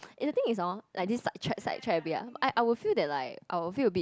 eh the thing is hor like this side track side track a bit lah I I will feel that like I will feel a bit